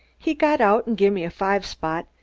he got out and gimme a five-spot,